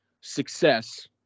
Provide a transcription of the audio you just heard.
success